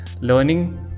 learning